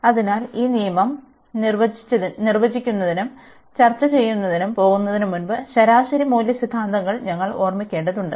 അതിനാൽ ഈ നിയമം നിർവചിക്കുന്നതിനും ചർച്ചചെയ്യുന്നതിനും പോകുന്നതിനുമുമ്പ് ശരാശരി മൂല്യ സിദ്ധാന്തങ്ങൾ ഞങ്ങൾ ഓർമ്മിക്കേണ്ടതുണ്ട്